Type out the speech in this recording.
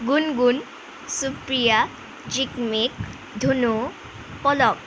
গুণগুণ সুপ্ৰিয়া জিকমিক ধুনু পলক